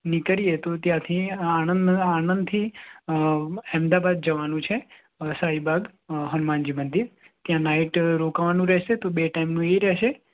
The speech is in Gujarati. નીકળીએ તો ત્યાંથી આણંદ આણંદથી અમદાબાદ જવાનું છે શાહીબાગ હનુમાનજી મંદિર ત્યાં નાઇટ રોકાવાનું રહેશે બે ટાઇમનું એ રહેશે